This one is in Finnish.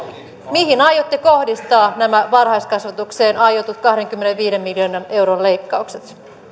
mihin aiotte kohdistaa nämä varhaiskasvatukseen aiotut kahdenkymmenenviiden miljoonan euron leikkaukset